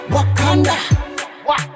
Wakanda